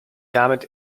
damit